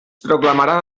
proclamarà